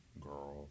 girl